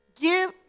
give